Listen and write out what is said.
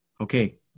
Okay